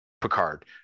Picard